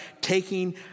taking